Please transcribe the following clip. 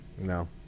No